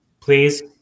please